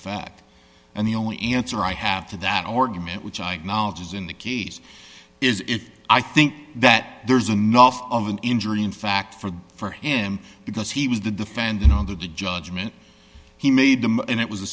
fact and the only answer i have to that organ meat which i knowledge is in the keys is if i think that there's enough of an injury in fact for for him because he was the defendant on the judgment he made them and it was a